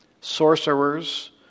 sorcerers